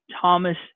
Thomas